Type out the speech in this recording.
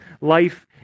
life